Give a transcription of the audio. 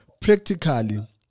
practically